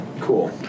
Cool